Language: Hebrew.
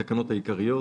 התקנות העיקריות),